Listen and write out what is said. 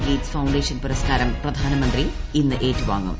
Gates foundation പുരസ്കാരം പ്രിയാനമന്ത്രി ഇന്ന് ഏറ്റുവാങ്ങും